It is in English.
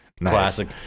Classic